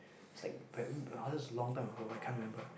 it's like that's a long time ago I can't remember